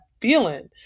feeling